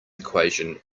equation